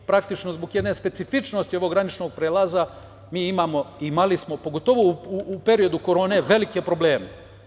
Praktično, zbog jedne specifičnosti ovog graničnog prelaza mi imamo, imali smo, pogotovo u periodu korone, velike probleme.